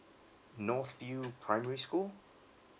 north view primary school